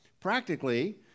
Practically